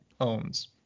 owns